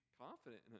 confident